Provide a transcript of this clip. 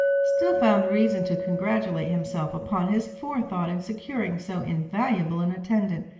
still found reason to congratulate himself upon his forethought in securing so invaluable an attendant,